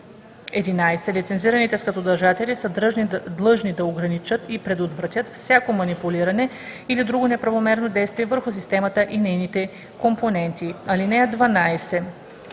11. Лицензираните складодържатели са длъжни да ограничат и предотвратят всяко манипулиране или друго неправомерно въздействие върху системата и нейните компоненти. (12)